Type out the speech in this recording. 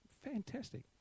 fantastic